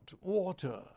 water